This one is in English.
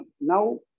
Now